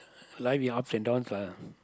life you have ups and downs lah